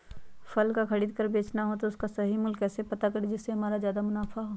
फल का खरीद का बेचना हो तो उसका सही मूल्य कैसे पता करें जिससे हमारा ज्याद मुनाफा हो?